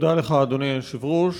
תודה לך, אדוני היושב-ראש.